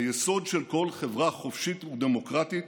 היסוד של כל חברה חופשית ודמוקרטית